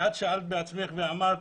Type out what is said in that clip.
את שאלת בעצמך ואמרת